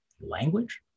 language